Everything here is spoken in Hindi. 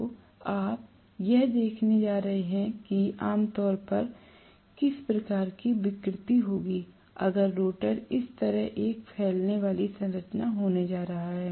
तो आप यह देखने जा रहे हैं कि आम तौर पर किसी प्रकार की विकृति होगी अगर रोटर इस तरह एक फैलने वाली संरचना होने जा रहा है